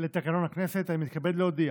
לתקנון הכנסת, אני מתכבד להודיע